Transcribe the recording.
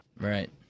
Right